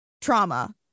trauma